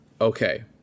Okay